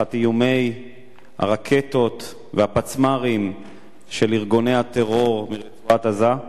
תחת איומי הרקטות והפצמ"רים של ארגוני הטרור מרצועת-עזה.